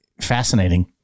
fascinating